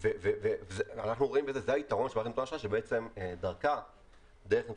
זה היתרון של מערכת נתוני האשראי שבעצם דרך נתוני